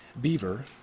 Beaver